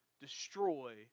destroy